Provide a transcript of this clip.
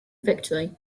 victory